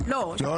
לא.